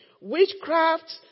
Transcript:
Witchcraft